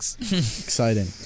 Exciting